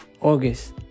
August